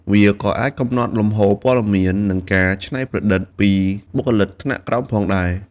វាក៏អាចកំណត់លំហូរព័ត៌មាន និងការច្នៃប្រឌិតពីបុគ្គលិកថ្នាក់ក្រោមផងដែរ។